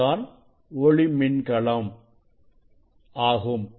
இதுதான் ஒளி மின்கலம் ஆகும்